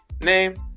name